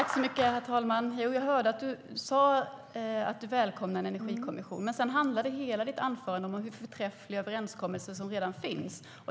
Herr talman! Jag hörde att Cecilie Tenfjord-Toftby välkomnade en energikommission. Men sedan handlade hela hennes anförande om de förträffliga överenskommelser som redan finns.